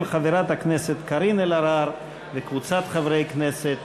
של חברת הכנסת קארין אלהרר וקבוצת חברי הכנסת,